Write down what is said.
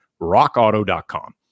Rockauto.com